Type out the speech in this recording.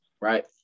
right